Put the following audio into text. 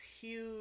huge